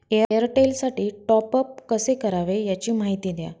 एअरटेलसाठी टॉपअप कसे करावे? याची माहिती द्या